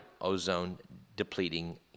ozone-depleting